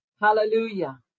Hallelujah